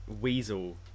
Weasel